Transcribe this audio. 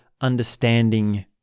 understanding